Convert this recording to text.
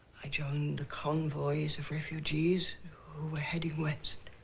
i joined the convoys of refugees who were heading west.